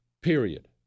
Period